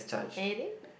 anything